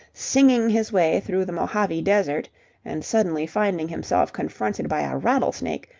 singing his way through the mojave desert and suddenly finding himself confronted by a rattlesnake,